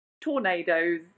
tornadoes